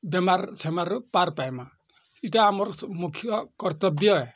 ବେମାର ସେମାରୁ ପାର୍ ପାଇମା ଇଟା ଆମର ମୁଖ୍ୟ କର୍ତ୍ତବ୍ୟ ହେ